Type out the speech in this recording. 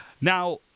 Now